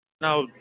now